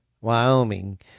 Wyoming